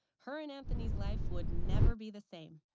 her and anthony's life would never be the same.